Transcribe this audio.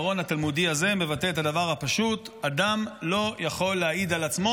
העיקרון התלמודי הזה מבטא את הדבר הפשוט: אדם לא יכול להעיד על עצמו,